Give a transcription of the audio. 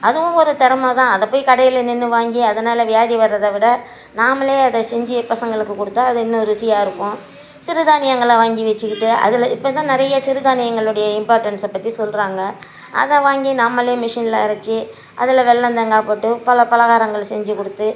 அதுவும் ஒரு திறம தான் அதை போய் கடையில நின்று வாங்கி அதனால் வியாதி வரதை விட நாம்மளே அதை செஞ்சு பசங்களுக்கு கொடுத்தா அது இன்னும் ருசியாக இருக்கும் சிறுதானியங்களை வாங்கி வச்சிக்கிட்டு அதில் இப்போ தான் நிறையா சிறுதானியங்களுடைய இம்பார்ட்டன்ஸ்ஸை பற்றி சொல்கிறாங்க அதை வாங்கி நாம்மளே மிஷின்ல அரை ச்சி அதில் வெள்ளம் தேங்காய் போட்டு பல பலகாரங்கள் செஞ்சி கொடுத்து